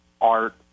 art